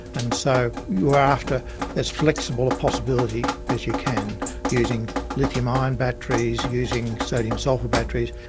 and so you are after as flexible a possibility as you can using lithium ion batteries, using sodium sulphur batteries,